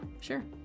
sure